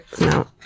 no